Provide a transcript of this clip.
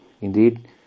Indeed